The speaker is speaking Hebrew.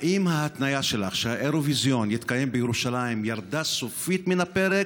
האם ההתניה שלך שהאירוויזיון יתקיים בירושלים ירדה סופית מן הפרק?